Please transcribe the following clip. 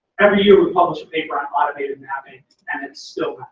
every year we publish a paper on automated mapping, and it's still